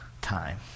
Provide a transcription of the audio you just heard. time